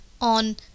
On